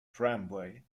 tramway